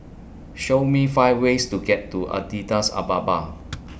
Show Me five ways to get to Adidas Ababa